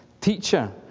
Teacher